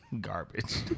Garbage